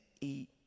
eat